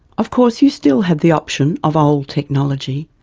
of course you still have the option of old technology.